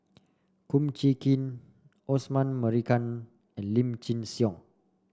Kum Chee Kin Osman Merican and Lim Chin Siong